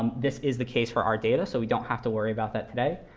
um this is the case for our data, so we don't have to worry about that today.